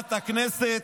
חברת הכנסת,